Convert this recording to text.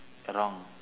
wrong